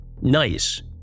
nice